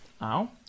now